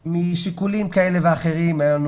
משיקולים כאלה ואחרים - הייתה לנו